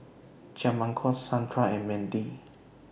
Jamarcus Sandra and Mandy